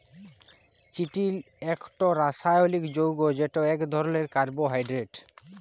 চিটিল ইকট রাসায়লিক যগ্য যেট ইক ধরলের কার্বোহাইড্রেট